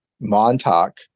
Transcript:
Montauk